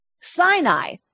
Sinai